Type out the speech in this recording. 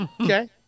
Okay